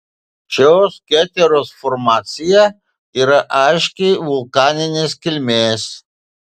šios keteros formacija yra aiškiai vulkaninės kilmės